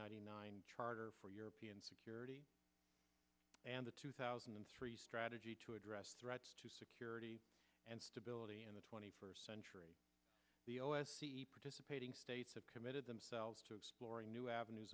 ninety nine charter for european security and the two thousand and three strategy to address threats to security and stability in the twenty first century participating states have committed themselves to exploring new avenues